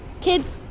Kids